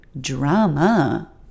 drama